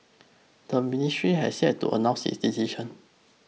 the ministry has yet to announce its decision